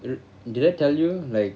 e~ did I tell you like